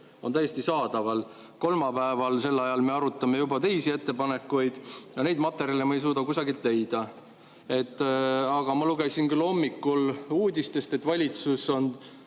on täiesti saadaval. Kolmapäeval sel ajal me arutame juba teisi ettepanekuid ja neid materjale ma ei suuda kusagilt leida. Ma lugesin hommikul uudistest, et valitsus on